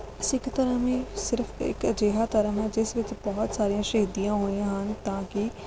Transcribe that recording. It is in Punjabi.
ਸਿੱਖ ਧਰਮ ਹੀ ਸਿਰਫ ਇੱਕ ਅਜਿਹਾ ਧਰਮ ਹੈ ਜਿਸ ਵਿੱਚ ਬਹੁਤ ਸਾਰੀਆਂ ਸ਼ਹੀਦੀਆਂ ਹੋਈਆਂ ਹਨ ਤਾਂ ਕਿ